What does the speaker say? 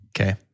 Okay